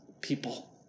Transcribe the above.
people